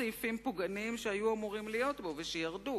סעיפים פוגעניים שהיו אמורים להיות בו ושירדו,